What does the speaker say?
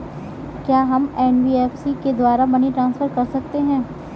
क्या हम एन.बी.एफ.सी के द्वारा मनी ट्रांसफर कर सकते हैं?